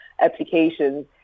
applications